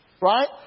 right